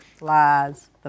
lies